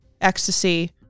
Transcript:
ecstasy